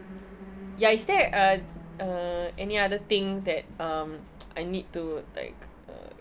ya is there uh any other thing that um I need to like uh